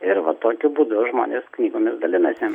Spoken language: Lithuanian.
ir va tokiu būdu žmonės knygomis dalinasi